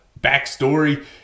backstory